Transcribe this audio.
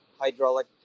hydraulic